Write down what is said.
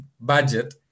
budget